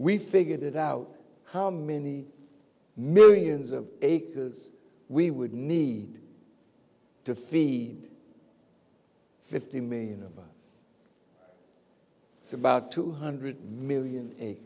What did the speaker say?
we figured it out how many millions of acres we would need to feed fifty million or so about two hundred million